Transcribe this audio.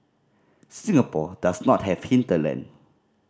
Singapore does not have hinterland